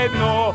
no